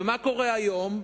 ומה קורה היום?